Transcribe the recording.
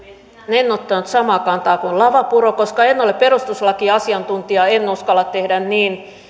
en ottanut samaa kantaa kuin lavapuro koska en ole perustuslakiasiantuntija en uskalla tehdä niin